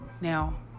Now